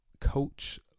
Coach